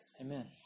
Amen